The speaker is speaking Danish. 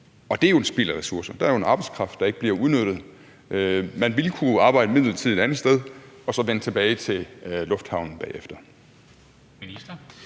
og det er jo et spild af ressourcer. Der er jo en arbejdskraft, der ikke bliver udnyttet. Man ville kunne arbejde midlertidigt et andet sted og så vende tilbage til lufthavnen bagefter.